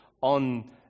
on